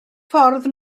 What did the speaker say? ffordd